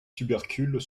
tubercules